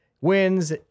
Wins